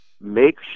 Make